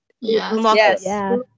Yes